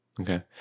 okay